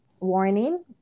warning